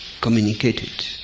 communicated